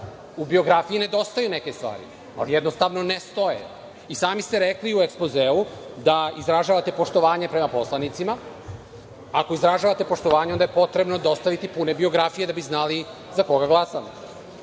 u biografiji nedostaju neke stvari, ali jednostavno ne stoje. Sami ste rekli u ekspozeu da izražavate poštovanje prema poslanicima. Ako izražavate poštovanje, onda je potrebno dostaviti pune biografije, da bismo znali za koga glasamo. Imamo